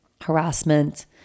harassment